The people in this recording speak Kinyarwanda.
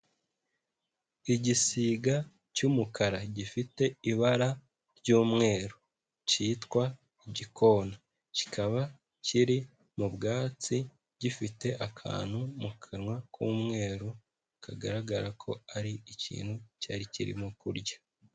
Igisiga cy'umukara gifite ibara ry'umweru kitwa igikona, kikaba kiri mu bwatsi gifite akantu mu kanwa k'umweru, kagaragara ko ari ikintu cyari kirimo kurya.